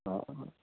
हजुर